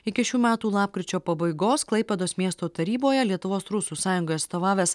iki šių metų lapkričio pabaigos klaipėdos miesto taryboje lietuvos rusų sąjungai atstovavęs